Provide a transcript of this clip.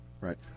Right